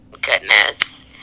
Goodness